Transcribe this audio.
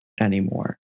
anymore